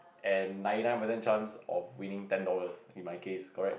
and ninety nine percent chance of winning ten dollars in my case correct